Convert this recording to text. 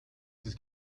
this